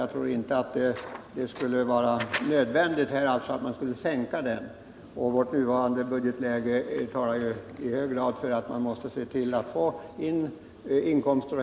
Jag kan inte anse att det nu skulle vara nödvändigt att sänka den. Vårt nuvarande budgetläge talar i hög grad för att staten måste se till att få inkomster.